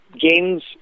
games